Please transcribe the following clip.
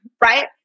Right